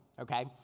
okay